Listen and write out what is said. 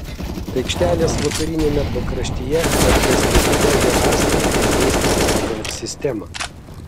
aikštelės vakariniame pakraštyje atkasti sudegę rąstai išdėstyti pagal sistemą